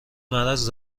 مرض